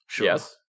Yes